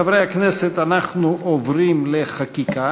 חברי הכנסת, אנחנו עוברים לחקיקה.